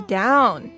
down